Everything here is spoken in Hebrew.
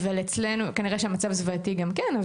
כנראה שהמצב זוועתי גם כן,